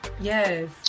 yes